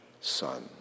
son